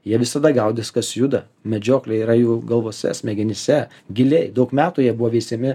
jie visada gaudys kas juda medžioklė yra jų galvose smegenyse giliai daug metų jie buvo veisiami